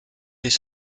des